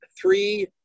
Three